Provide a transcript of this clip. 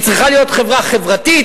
היא צריכה להיות חברה חברתית.